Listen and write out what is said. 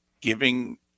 giving